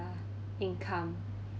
a~ income